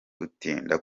gutinda